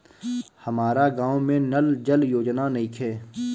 हमारा गाँव मे नल जल योजना नइखे?